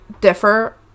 differ